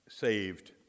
saved